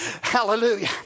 Hallelujah